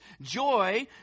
joy